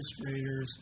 administrators